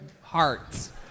hearts